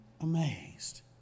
amazed